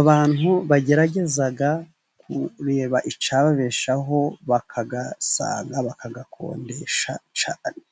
abantu bagerageza kureba icyababeshaho bakayasanga bakayakodesha cyane.